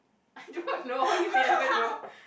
I do not know you may never know